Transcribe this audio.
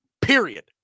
Period